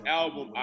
album